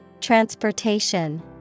Transportation